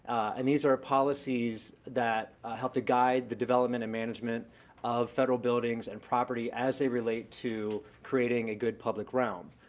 and these are policies that help to guide the development and management of federal buildings and property as they relate to creating a good public realm.